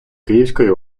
київської